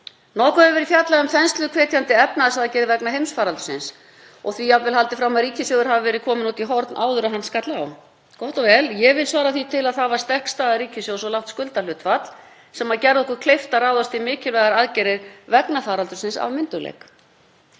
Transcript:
Nokkuð hefur verið fjallað um þensluhvetjandi efnahagsaðgerðir vegna heimsfaraldursins og því jafnvel haldið fram að ríkissjóður hafi verið kominn út í horn áður en hann skall á. Gott og vel. Ég vil svara því til að það var sterk staða ríkissjóðs og lágt skuldahlutfall sem gerði okkur kleift að ráðast í mikilvægar aðgerðir vegna faraldursins af myndugleik.